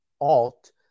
alt